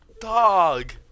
Dog